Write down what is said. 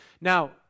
Now